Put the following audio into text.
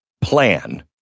plan